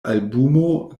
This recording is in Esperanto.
albumo